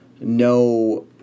no